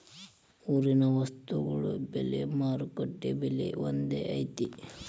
ಊರಿನ ವಸ್ತುಗಳ ಬೆಲೆ ಮಾರುಕಟ್ಟೆ ಬೆಲೆ ಒಂದ್ ಐತಿ?